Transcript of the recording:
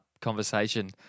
conversation